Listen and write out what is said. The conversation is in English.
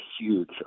huge